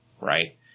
right